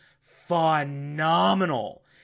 phenomenal